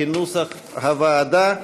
כנוסח הוועדה,